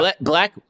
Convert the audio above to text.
black